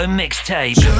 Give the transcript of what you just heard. mixtape